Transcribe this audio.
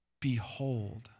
Behold